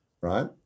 Right